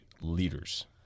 leaders